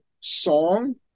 song